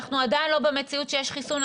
אנחנו עדיין לא במציאות שיש חיסון,